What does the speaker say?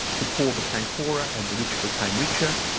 the poor became poorer and the rich became richer.